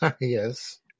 Yes